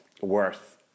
worth